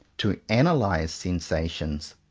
to analyze sensations,